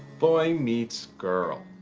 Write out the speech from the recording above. boy meets girl.